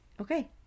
okay